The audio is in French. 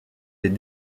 les